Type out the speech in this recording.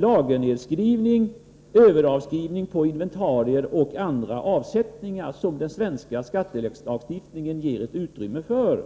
lagernedskrivning, överavskrivning på inventarier och andra avsättningar, som den svenska skattelagstiftningen ger utrymme för.